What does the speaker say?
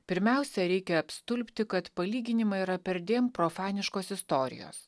pirmiausia reikia apstulbti kad palyginimai yra perdėm profaniškos istorijos